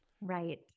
Right